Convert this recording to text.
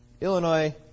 Illinois